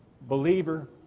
believer